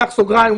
פתח סוגריים,